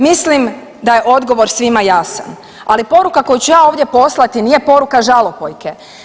Mislim da je odgovor svima jasan ali poruka koju ću ja ovdje poslati nije poruka žalopojke.